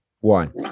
one